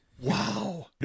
Wow